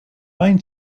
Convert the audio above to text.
main